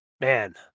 Man